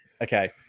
okay